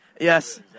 Yes